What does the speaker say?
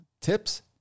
Tips